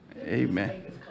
Amen